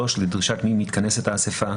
לדרישת מי מתכנסת האסיפה.